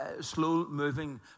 slow-moving